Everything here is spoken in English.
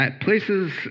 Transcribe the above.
places